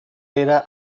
era